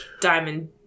Diamond